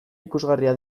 ikusgarria